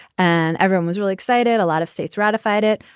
and everyone was really excited. a lot of states ratified it.